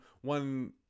one